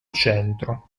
centro